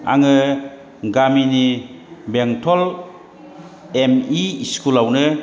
आङो गामिनि बेंटल एमइ स्कुलावनो